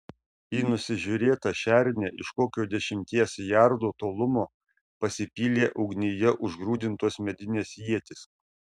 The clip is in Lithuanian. į nusižiūrėtą šernę iš kokio dešimties jardų tolumo pasipylė ugnyje užgrūdintos medinės ietys